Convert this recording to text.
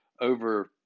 over